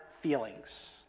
feelings